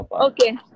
okay